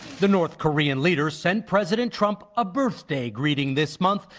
the north korean leader sent president trump a birthday greeting this month,